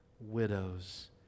widows